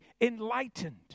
enlightened